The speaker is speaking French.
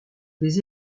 des